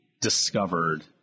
discovered